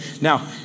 Now